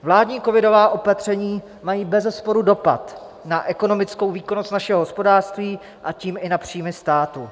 Vládní covidová opatření mají bezesporu dopad na ekonomickou výkonnost našeho hospodářství, a tím i na příjmy státu.